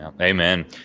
Amen